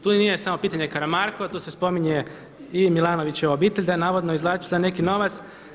Tu i nije samo pitanje Karamarko, tu se spominje i Milanovićeva obitelj da je navodno izvlačila neki novac.